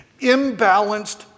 imbalanced